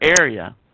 area